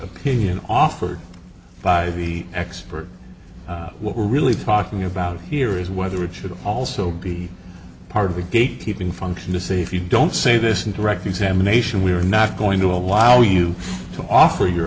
opinion offered by the expert what we're really talking about here is whether it should also be part of a gate keeping function to see if you don't say this in direct examination we're not going to allow you to offer your